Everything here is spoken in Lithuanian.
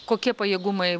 kokie pajėgumai